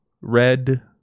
red